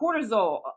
cortisol